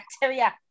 bacteria